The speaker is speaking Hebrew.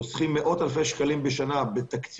אנחנו חוסכים מאות אלפי שקלים בשנה בתקציבים,